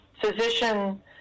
physician